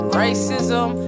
racism